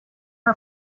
her